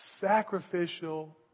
sacrificial